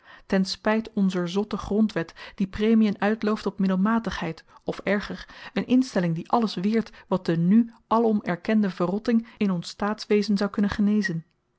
ten spyt onzer zotte grondwet die premien uitlooft op middelmatigheid of erger een instelling die alles weert wat de nu alom erkende verrotting in ons staatswezen zou kunnen genezen